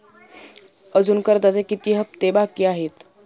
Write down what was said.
अजुन कर्जाचे किती हप्ते बाकी आहेत?